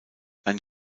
ein